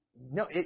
No